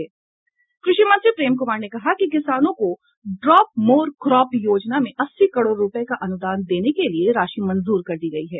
कृषि मंत्री प्रेम कुमार ने कहा है कि किसानों को ड्रॉप मोर क्रॉप योजना में अस्सी करोड़ रूपये का अनुदान देने के लिए राशि मंजूर कर दी गयी है